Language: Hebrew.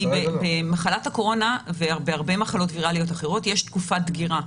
כי במחלת הקורונה ובהרבה מחלות ויראליות אחרות יש תקופת דגירה.